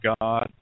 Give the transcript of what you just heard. God